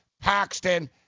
Paxton